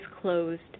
closed